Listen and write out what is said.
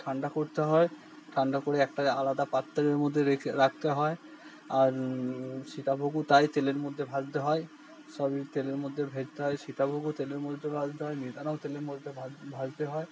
ঠান্ডা করতে হয় ঠান্ডা করে একটা আলাদা পাত্রের মধ্যে রেখে রাখতে হয় আর সীতাভোগও তাই তেলের মধ্যে ভাজতে হয় সবই তেলের মধ্যে ভেজতে হয় সীতাভোগও তেলের মধ্যে ভাজতে হয় মিহিদানাও তেলের মধ্যে ভাজ ভাজতে হয়